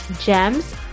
gems